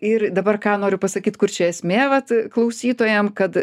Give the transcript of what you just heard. ir dabar ką noriu pasakyt kur čia esmė vat klausytojam kad